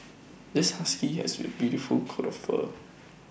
this husky has A beautiful coat of fur